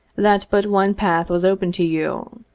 that but one path was open to you.